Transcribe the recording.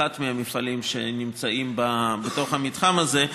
אחד המפעלים שנמצאים בתוך המתחם הזה,